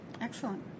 Excellent